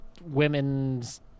women's